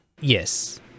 yes